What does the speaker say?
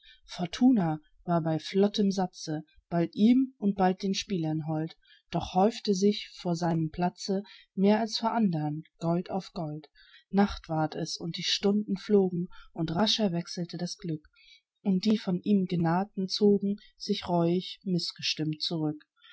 fortuna war bei flottem satze bald ihm und bald den spielern hold doch häufte sich vor seinem platze mehr als vor andern gold auf gold nacht ward es und die stunden flogen und rascher wechselte das glück und die von ihm genarrten zogen sich reuig mißgestimmt zurück